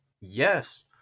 Yes